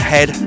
Head